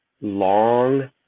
long